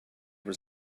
was